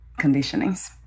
conditionings